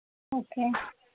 okay